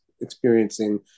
experiencing